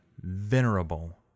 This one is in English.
venerable